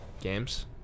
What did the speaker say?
games